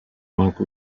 monk